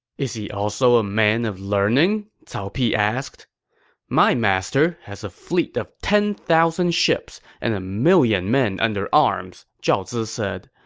is he also a man of learning? cao pi asked my master has a fleet of ten thousand ships and a million men under arms, zhao zi said.